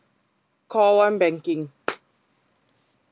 call one banking